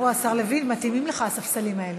מתאימים לך הספסלים האלה.